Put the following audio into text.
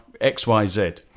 XYZ